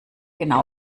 genau